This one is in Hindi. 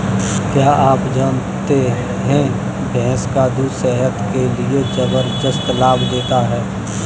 क्या आप जानते है भैंस का दूध सेहत के लिए जबरदस्त लाभ देता है?